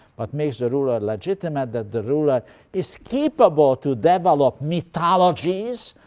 but makes the ruler legitimate, that the ruler is capable to develop mythologies,